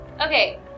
Okay